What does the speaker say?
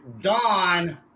Dawn